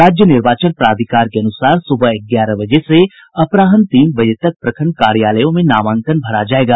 राज्य निर्वाचन प्राधिकार के अनुसार सुबह ग्यारह बजे से अपराहन तीन बजे तक प्रखंड कार्यालयों में नामांकन भरा जायेगा